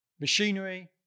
machinery